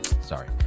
sorry